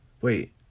Wait